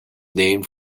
named